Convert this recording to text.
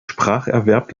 spracherwerb